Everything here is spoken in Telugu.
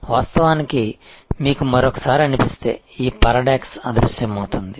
వాస్తవానికి మీకు మరొకసారి అనిపిస్తే ఈ పారడాక్స్ అదృశ్యమవుతుంది